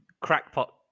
crackpot